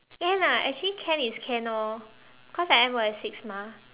can ah actually can is can orh because I ends work at six mah